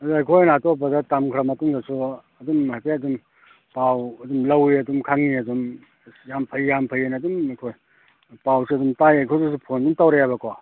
ꯑꯗꯨꯅ ꯑꯩꯈꯣꯏꯅ ꯑꯇꯣꯞꯄꯗ ꯇꯝꯈ꯭ꯔ ꯃꯇꯨꯡꯗꯁꯨ ꯑꯗꯨꯝ ꯍꯥꯏꯐꯦꯠ ꯑꯗꯨꯝ ꯄꯥꯎ ꯑꯗꯨꯝ ꯂꯧꯏ ꯑꯗꯨꯝ ꯈꯪꯏ ꯑꯗꯨꯝ ꯌꯥꯝ ꯐꯩ ꯌꯥꯝ ꯐꯩꯑꯅ ꯑꯗꯨꯝ ꯑꯩꯈꯣꯏ ꯄꯥꯎꯁꯨ ꯑꯗꯨꯝ ꯇꯥꯏ ꯑꯩꯈꯣꯏꯗꯁꯨ ꯐꯣꯟ ꯑꯗꯨꯝ ꯇꯧꯔꯛꯑꯦꯕꯀꯣ